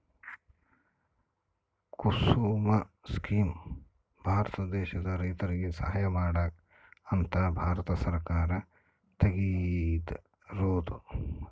ಕುಸುಮ scheme Bharat ದೇಶದ ರೈತರಿಗೆ ಸಹಾಯ ಮಾಡಕ ಅಂತ ಭಾರತ ಸರ್ಕಾರ ತೆಗ್ದಿರೊದು